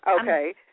Okay